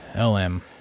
lm